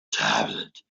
tablet